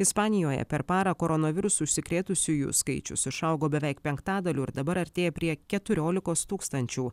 ispanijoje per parą koronavirusu užsikrėtusiųjų skaičius išaugo beveik penktadaliu ir dabar artėja prie keturiolikos tūkstančių